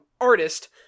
Artist